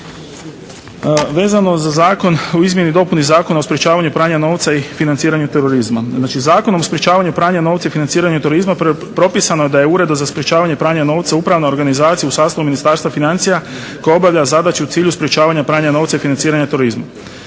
Vezano za Zakon o izmjeni i dopuni Zakona o sprječavanju pranja novca i financiranju terorizma. Znači, Zakonom o sprječavanju pranja novca i financiranju terorizma propisano je da je Ured za sprječavanje pranja novca upravna organizacija u sastavu Ministarstva financija koja obavlja zadaću u cilju sprječavanja pranja novca i financiranja turizma.